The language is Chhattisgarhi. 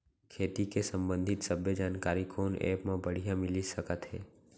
खेती के संबंधित सब्बे जानकारी कोन एप मा बढ़िया मिलिस सकत हे?